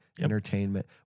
entertainment